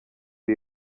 iri